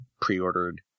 pre-ordered